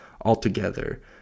altogether